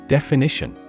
Definition